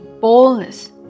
boldness